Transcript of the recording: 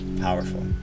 Powerful